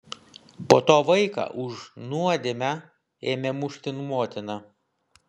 po to vaiką už nuodėmę ėmė mušti motina